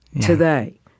today